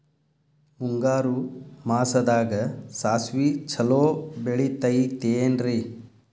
ಮುಂಗಾರು ಮಾಸದಾಗ ಸಾಸ್ವಿ ಛಲೋ ಬೆಳಿತೈತೇನ್ರಿ?